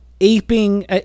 aping